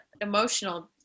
emotional